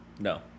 No